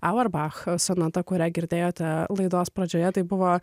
auerbacho sonata kurią girdėjote laidos pradžioje tai buvo